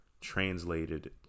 translated